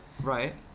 Right